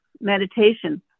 meditation